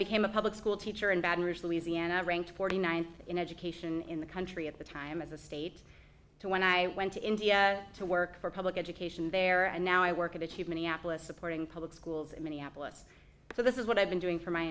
became a public school teacher in baton rouge louisiana ranked forty ninth in education in the country at the time as a state to when i went to india to work for public education there and now i work at a huge minneapolis supporting public schools in minneapolis so this is what i've been doing for my